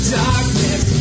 darkness